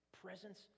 presence